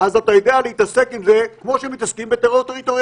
אז אתה יודע להתעסק עם זה כמו שמתעסקים עם טרור טריטוריאלי.